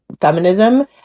feminism